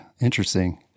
Interesting